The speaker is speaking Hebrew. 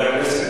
גם אותו?